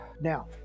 Now